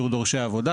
שיעור דורשי העבודה,